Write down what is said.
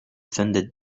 funded